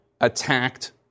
attacked